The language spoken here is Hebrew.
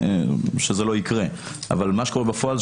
שזה לא יקרה אבל מה שקורה בפועל זה